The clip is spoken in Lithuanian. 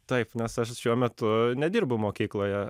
taip nes aš šiuo metu nedirbu mokykloje